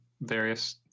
various